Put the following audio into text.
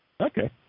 Okay